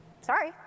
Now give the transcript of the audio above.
Sorry